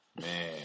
man